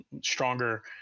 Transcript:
stronger